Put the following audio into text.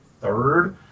third